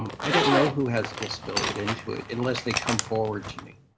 um i don't know who has disability at intuit unless they come forward to me.